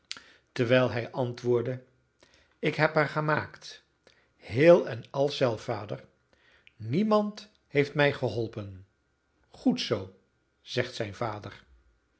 terwijl hij antwoordde ik heb haar gemaakt heel en al zelf vader niemand heeft mij geholpen goed zoo zegt zijn vader